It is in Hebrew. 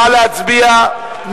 נא להצביע.